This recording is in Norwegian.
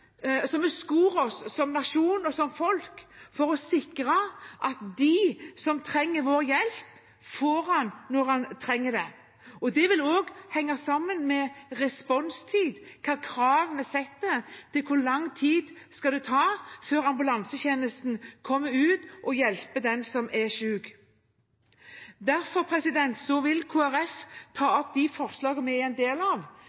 som nasjon og som folk er skodd for å sikre at de som trenger vår hjelp, får den når de trenger det. Det vil også henge sammen med responstid, hvilke krav vi setter til hvor lang tid det skal ta før ambulansetjenesten kommer ut og hjelper den som er syk. Derfor vil Kristelig Folkeparti ta